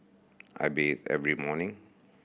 I bathe every morning